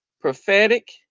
Prophetic